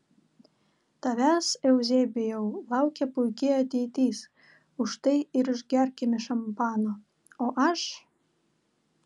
tavęs euzebijau laukia puiki ateitis už tai ir išgerkime šampano o aš